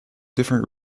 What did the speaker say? different